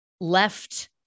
left